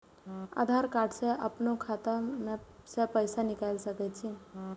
आधार कार्ड से अपनो खाता से पैसा निकाल सके छी?